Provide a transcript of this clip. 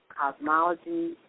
cosmology